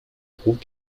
groupe